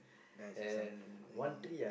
then I see some a uh